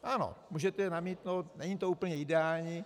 Ano, můžete namítnout, že to není úplně ideální.